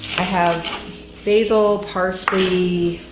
i have basil, parsley,